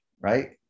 right